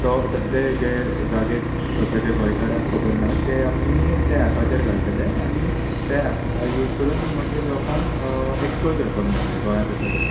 तो तसले जे जागे स्वताचे गोंयकाराक खबर नात ते आमी त्या एपाचेर घालतले आनी ते एप यूज करून मागीर लोकांक एक्सप्लोर करपाक मेळट्लें गोंया भितरूच